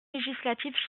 législative